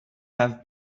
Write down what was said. have